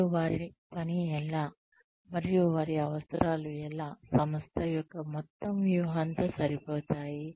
మరియు వారి పని ఎలా మరియు వారి అవసరాలు ఎలా సంస్థ యొక్క మొత్తం వ్యూహంతో సరిపోతాయి